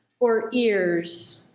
or ears?